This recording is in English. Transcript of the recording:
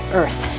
earth